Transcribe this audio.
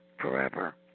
forever